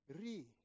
Re